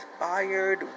Inspired